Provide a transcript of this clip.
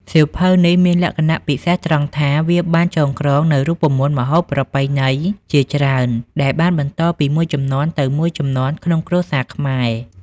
សៀវភៅនេះមានលក្ខណៈពិសេសត្រង់ថា វាបានចងក្រងនូវរូបមន្តម្ហូបប្រពៃណីជាច្រើនដែលបានបន្តពីមួយជំនាន់ទៅមួយជំនាន់ក្នុងគ្រួសារខ្មែរ